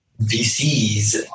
VCs